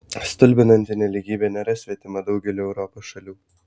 stulbinanti nelygybė nėra svetima daugeliui europos šalių